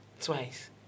twice